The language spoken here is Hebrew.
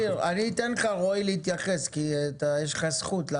רועי, אני אתן לך להתייחס כי יש לך זכות כי